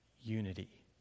unity